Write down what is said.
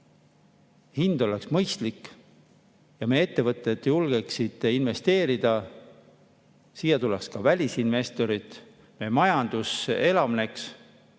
Hind oleks mõistlik ja meie ettevõtted julgeksid investeerida. Siia tuleksid välisinvestorid, meie majandus elavneks